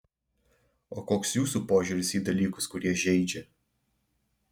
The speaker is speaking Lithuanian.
o koks jūsų požiūris į dalykus kurie žeidžia